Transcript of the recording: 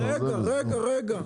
רגע, רגע.